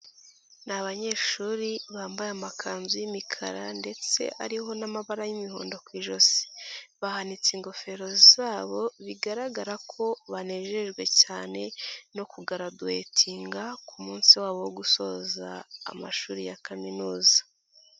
Ni abanyeshuri bambaye amakanzu y'imikara ndetse ariho n'amabara y'imihondo ku ijosi, bahanitse ingofero zabo bigaragara ko banejejwe cyane no kugaraduwetinga, ku munsi wabo wo gusoza amashuri ya kaminuza.